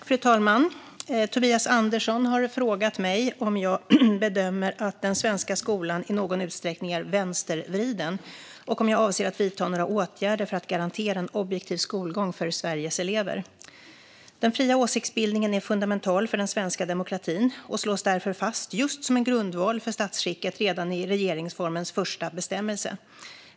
Fru talman! Tobias Andersson har frågat mig om jag bedömer att den svenska skolan i någon utsträckning är vänstervriden och om jag avser att vidta några åtgärder för att garantera en objektiv skolgång för Sveriges elever. Den fria åsiktsbildningen är fundamental för den svenska demokratin och slås därför fast just som en grundval för statsskicket redan i regeringsformens första bestämmelse.